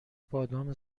بادام